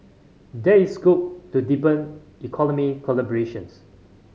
there is scope to deepen economic collaborations